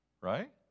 right